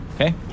Okay